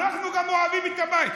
גם אנחנו אוהבים את הבית.